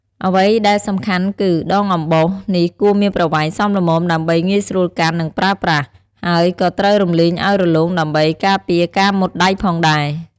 អ្វីដែលសំខាន់គឺ ដងអំបោសនេះគួរមានប្រវែងសមល្មមដើម្បីងាយស្រួលកាន់ និងប្រើប្រាស់ ហើយក៏ត្រូវរំលីងឲ្យរលោងដើម្បីការពារការមុតដៃផងដែរ។